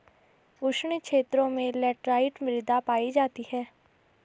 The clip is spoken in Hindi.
उष्ण क्षेत्रों में लैटराइट मृदा पायी जाती है